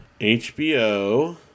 HBO